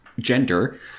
gender